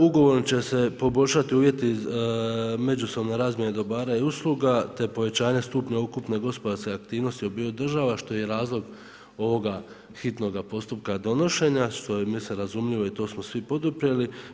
Ugovorom će se poboljšati uvjeti međusobne razmjene dobara i usluga, te povećanje stupnja ukupne gospodarske aktivnosti obiju država što je i razlog ovoga hitnoga postupka donošenja što je mislim razumljivo i to smo svi poduprijeli.